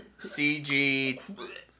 CG